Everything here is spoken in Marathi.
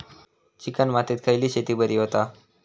चिकण मातीत खयली शेती बरी होता?